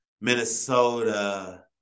minnesota